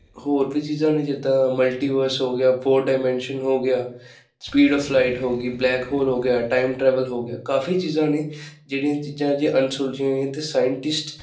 ਹੋਰ ਵੀ ਚੀਜ਼ਾਂ ਨੇ ਜਿੱਦਾਂ ਮਲਟੀਵਰਸ ਹੋ ਗਿਆ ਫੋਰ ਡਾਇਮੈਂਸ਼ਨ ਹੋ ਗਿਆ ਸਪੀਡ ਆਫ ਲਾਈਟ ਹੋ ਗਈ ਬਲੈਕ ਹੋਲ ਹੋ ਗਿਆ ਟਾਈਮ ਟਰੈਵਲ ਹੋ ਗਿਆ ਕਾਫੀ ਚੀਜ਼ਾਂ ਨੇ ਜਿਹੜੀਆਂ ਚੀਜ਼ਾਂ ਅਜੇ ਅਨਸੁਲਝੀਆਂ ਹੋਈਆਂ ਅਤੇ ਸਾਇੰਟਿਸਟ